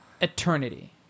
eternity